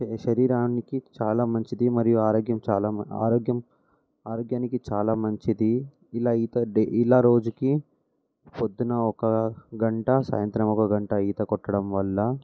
శరీరానికి చాలా మంచిది మరియు ఆరోగ్యం చాలా ఆరోగ్యం ఆరోగ్యానికి చాలా మంచిది ఇలా ఈత డై ఇలా రోజూకి పొద్దున్న ఒక గంట సాయంత్రం ఒక గంట ఈత కొట్టడం వల్ల